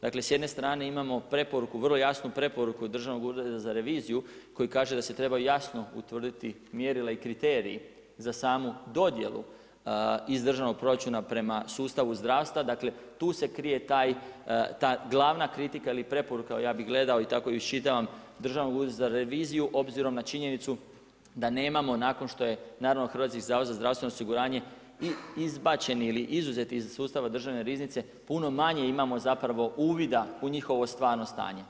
Dakle, s jedne strane imao preporuku, vrlo jasno preporuku Državnog ureda za reviziju, koji kaže da se trebaju jasno utvrditi mjerila i kriteriji za samu dodjelu iz državnog proračuna prema sustavu zdravstva, dakle, tu se krije ta glavna kritika ili preporuku, ja bi gledao, i tako i iščitavam Državnog ureda za reviziju, obzirom na činjenicu, da nemamo nakon što je Hrvatski zavod za zdravstveno osiguranje izbačeni ili izuzeto iz sustava državne riznice, puno manji imamo, zapravo uvida u njihovo stvarno stanje.